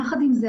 יחד עם זה,